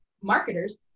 Marketers